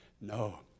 No